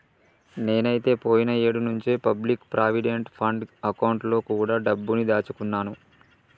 నేనైతే పోయిన ఏడు నుంచే పబ్లిక్ ప్రావిడెంట్ ఫండ్ అకౌంట్ లో కూడా డబ్బుని దాచుకున్నాను